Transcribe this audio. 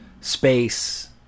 space